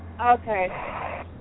Okay